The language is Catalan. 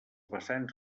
vessants